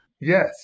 Yes